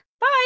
Bye